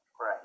Right